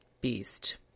beast